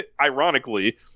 ironically